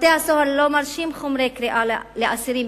בתי-הסוהר לא מרשים חומרי קריאה לאסירים